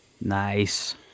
Nice